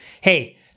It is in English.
Hey